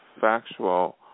factual